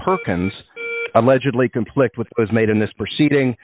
perkins allegedly conflict with was made in this proceeding